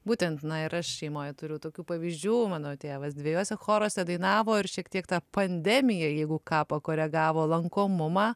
būtent na ir aš šeimoj turiu tokių pavyzdžių mano tėvas dviejuose choruose dainavo ir šiek tiek ta pandemija jeigu ką pakoregavo lankomumą